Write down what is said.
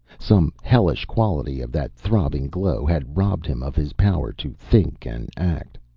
some hellish quality of that throbbing glow had robbed him of his power to think and act.